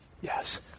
Yes